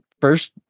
first